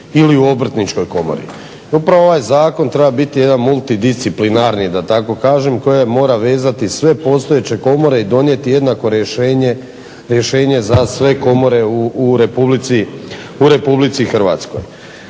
ili u Obrtničkoj komori. I upravo ovaj zakon treba biti jedan multidisciplinarni da tako kažem koji mora vezati sve postojeće komore i donijeti jednako rješenje za sve komore u RH. Dakle, Hrvatska